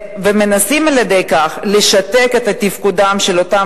ומנסים על-ידי כך לשתק את תפקודם של אותם